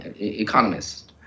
economists